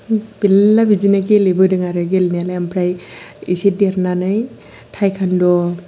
मेल्ला बिदिनो गेलेबोदों आरो गेलेनायालाय ओमफ्राय इसे देरनानै टाईकान्द'